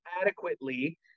adequately